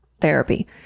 therapy